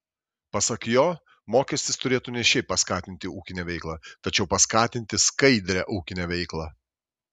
pasak jo mokestis turėtų ne šiaip paskatinti ūkinę veiklą tačiau paskatinti skaidrią ūkinę veiklą